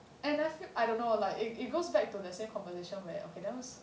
and I feel I don't know like it it goes back to the same conversation where okay those